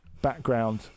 background